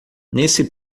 nesse